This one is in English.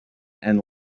and